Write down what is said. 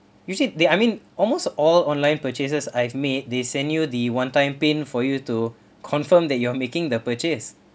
usually they I mean almost all online purchases I have made they send you the one time PIN for you to confirm that you are making the purchase